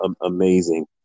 amazing